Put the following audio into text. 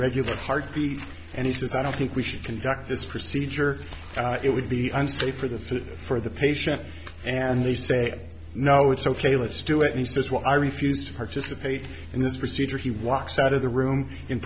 irregular heartbeat and he says i don't think we should conduct this procedure it would be unsafe for the food for the patient and they say no it's ok let's do it he says well i refused to participate in this procedure he walks out of the room in